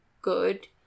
good